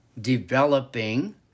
developing